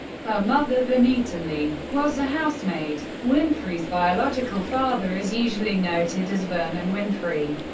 her mother, vernita lee, was a housemaid. winfrey's biological father is usually noted as vernon winfrey,